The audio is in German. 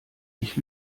ich